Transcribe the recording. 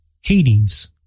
Hades